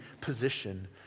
position